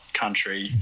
country